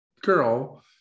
girl